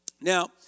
Now